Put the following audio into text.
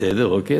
בסדר, אוקיי.